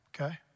okay